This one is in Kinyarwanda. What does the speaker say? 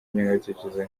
ngengabitekerezo